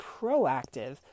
proactive